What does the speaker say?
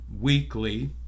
weekly